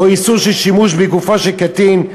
או איסור שימוש בגופו של קטין,